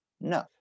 No